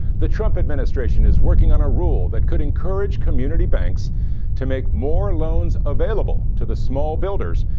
the trump administration is working on a rule that could encourage community banks to make more loans available to the small builders,